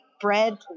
bread